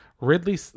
Ridley